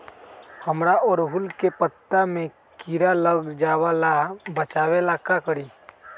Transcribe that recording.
हमरा ओरहुल के पत्ता में किरा लग जाला वो से बचाबे ला का करी?